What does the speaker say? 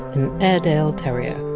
an airedale terrier.